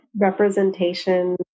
representation